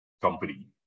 company